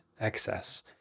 excess